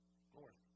Lord